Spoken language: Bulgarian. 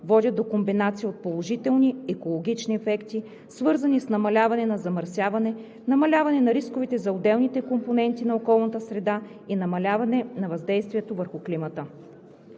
водят до комбинация от положителни екологични ефекти, свързани с намаляване на замърсяването, намаляване на рисковете за отделните компоненти на околната среда и намаляване на въздействието върху климата.